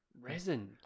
Resin